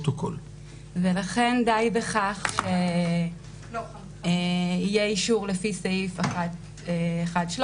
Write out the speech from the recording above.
ולכן די בכך שיהיה אישור לפי סעיף 1(13)